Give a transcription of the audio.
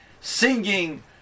singing